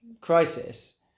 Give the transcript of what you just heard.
crisis